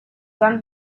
run